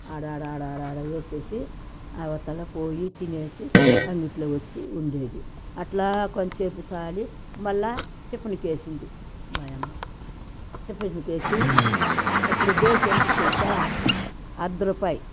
ఆడాడాడాడ వేసేసి అవతల పోయి తినేసి అంగట్లో వచ్చి ఉండేది అట్లా కొంసేపు తాలి మళ్ళీ టిఫనుకు వేసింది మాయమ్మ టిఫనుకు వేసి అప్పుడు దోశ ఎంతో తెలుసా అర్ద రూపాయి